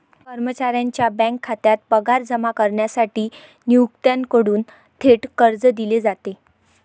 कर्मचाऱ्याच्या बँक खात्यात पगार जमा करण्यासाठी नियोक्त्याकडून थेट कर्ज दिले जाते